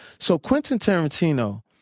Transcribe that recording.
so quentin tarantino